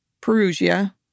Perugia